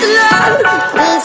love